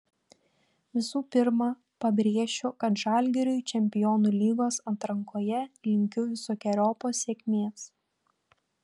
visų pirma pabrėšiu kad žalgiriui čempionų lygos atrankoje linkiu visokeriopos sėkmės